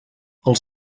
els